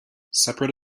separate